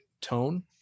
tone